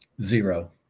Zero